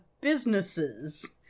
businesses